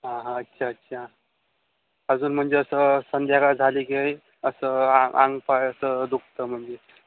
हां हां अच्छा अच्छा अजून म्हणजे असं संध्याकाळ झाली की असं आंग पाळ असं दुखतं म्हणजे